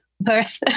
birth